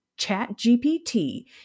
ChatGPT